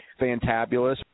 Fantabulous